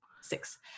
Six